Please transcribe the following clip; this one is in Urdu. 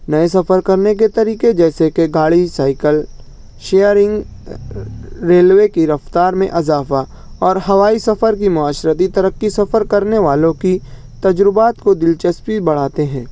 نئے سفر کرنے کے طریقے جیسے کے گاڑی سائیکل شیئرنگ ریلوے کی رفتار میں اضافہ اور ہوائی سفر کی معاشرتی ترقی سفر کرنے والوں کی تجربات کو دلچسپی بڑھاتے ہیں